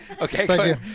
Okay